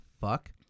fuck